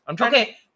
Okay